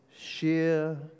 sheer